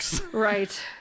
Right